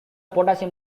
potassium